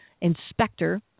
inspector